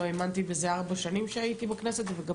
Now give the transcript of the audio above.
לא האמנתי בזה ארבע שנים שהייתי בכנסת וגם